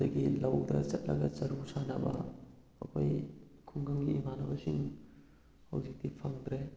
ꯑꯗꯒꯤ ꯂꯧꯗ ꯆꯠꯂꯒ ꯆꯔꯨ ꯁꯥꯟꯅꯕ ꯑꯩꯈꯣꯏ ꯈꯨꯡꯒꯪꯒꯤ ꯏꯃꯥꯟꯅꯕꯁꯤꯡ ꯍꯧꯖꯤꯛꯇꯤ ꯐꯪꯗ꯭ꯔꯦ